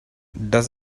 does